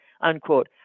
unquote